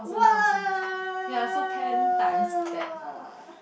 !whoa!